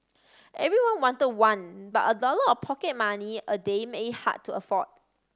everyone want one but a dollar or pocket money a day made it hard to afford